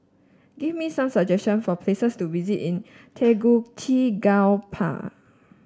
give me some suggestion for places to visit in Tegucigalpa